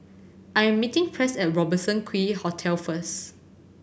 I am meeting Press at Robertson Quay Hotel first